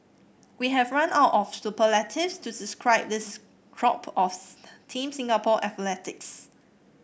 we have run out of superlatives to describe this crop of Team Singapore athletes